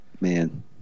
man